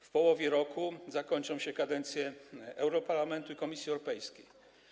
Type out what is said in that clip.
W połowie roku zakończą się kadencje europarlamentu i Komisji Europejskiej.